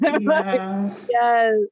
yes